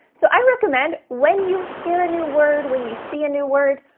so i recommend when you hear a new word, when you see a new word,